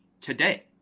today